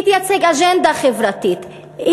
היא תייצג אג'נדה חברתית.